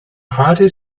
hearty